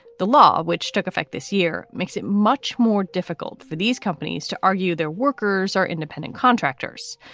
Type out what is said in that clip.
the law, which took effect this year, makes it much more difficult for these companies to argue their workers are independent contractors.